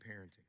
parenting